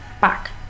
back